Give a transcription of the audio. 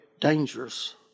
dangerous